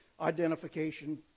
identification